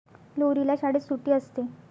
लोहरीला शाळेत सुट्टी असते